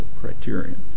criterion